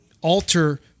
alter